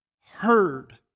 heard